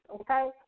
okay